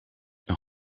een